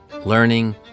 learning